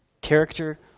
Character